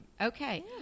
Okay